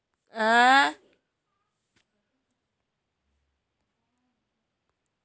ಚಾ ಹ್ಯಾಂಗ್ ಕುಡಿತರ್ ಹಂಗ್ ಮುಂಜ್ ಮುಂಜಾನಿ ಕೆಲವ್ ಕಡಿ ಕಾಫೀ ಕುಡಿತಾರ್